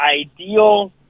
ideal